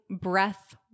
breath